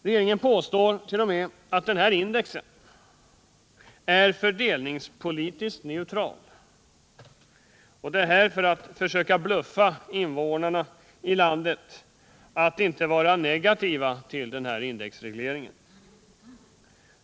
Regeringen påstår t.o.m. att denna indexreglering är fördelningspolitiskt neutral — detta för att försöka bluffa invånarna i landet att inte vara negativa till denna indexreglering.